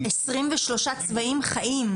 23 צבאים חיים?